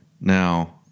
Now